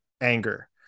anger